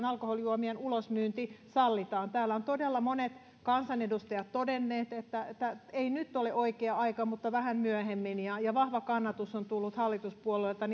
alkoholijuomien ulosmyynti sallitaan koska täällä ovat todella monet kansanedustajat todenneet että että nyt ei ole oikea aika mutta vähän myöhemmin ja ja vahva kannatus on tullut hallituspuolueilta